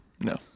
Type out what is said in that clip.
No